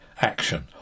action